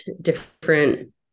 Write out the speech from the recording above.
different